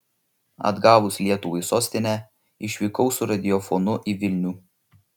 atgavus lietuvai sostinę išvykau su radiofonu į vilnių